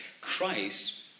Christ